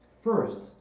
First